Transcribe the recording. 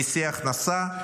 מיסי הכנסה,